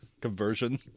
conversion